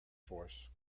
force